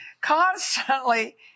constantly